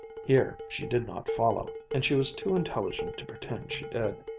here she did not follow, and she was too intelligent to pretend she did.